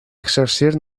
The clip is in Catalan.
exercir